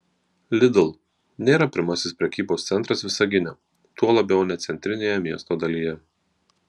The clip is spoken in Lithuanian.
lidl nėra pirmasis prekybos centras visagine tuo labiau ne centrinėje miesto dalyje